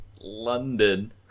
london